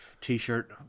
t-shirt